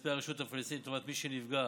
מכספי הרשות הפלסטינית לטובת מי שנפגע